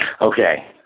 Okay